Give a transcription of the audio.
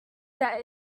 that